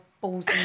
balls